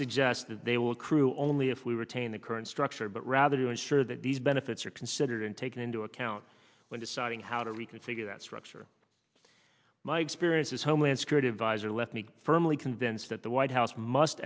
suggest that they will accrue only if we retain the current structure but rather to ensure that these benefits are considered and taken into account when deciding how to reconfigure that structure my experience is homeland security adviser let me firmly convinced that the white house must